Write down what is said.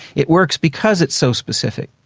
it works because it's so specific.